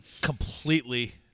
completely